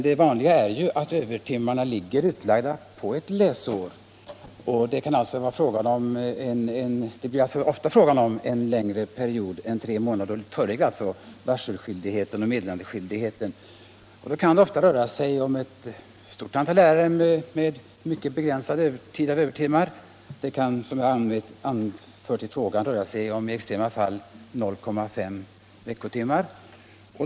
Det vanliga är att övertimmarna är utlagda över ett läsår. Det blir då fråga om en längre period än tre månader och då föreligger alltså varseloch meddelandeskyldighet. Då kan det ofta röra sig om ett stort antal ärenden med en mycket begränsad mängd övertimmar, och det kan i extrema fall vara fråga om 0,5 veckotimmar.